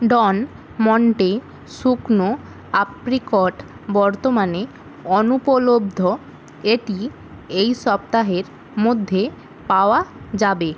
ডন Monte শুকনো apricot বর্তমানে অনুপলব্ধ এটি এই সপ্তাহের মধ্যে পাওয়া যাবে